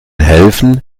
helfen